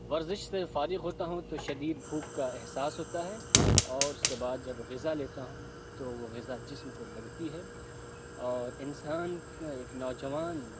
ورزش سے فارغ ہوتا ہوں تو شدید بھوک کا احساس ہوتا ہے اور اس کے بعد جب غذا لیتا ہوں تو وہ غذا جسم کو لگتی ہے اور انسان کو ایک نوجوان